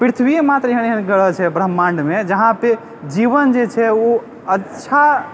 पृथ्वीये मात्र एहन एहन ग्रह छै ब्रम्हाण्डमे जहाँपर जीवन जे छै ओ अच्छा